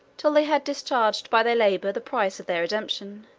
till they had discharged by their labor the price of their redemption.